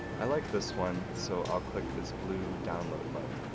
i like this one so, i'll click this blue download button